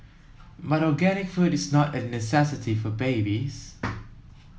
but organic food is not a necessity for babies